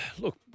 Look